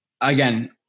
again